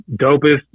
dopest